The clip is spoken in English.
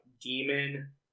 demon